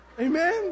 Amen